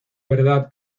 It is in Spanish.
verdad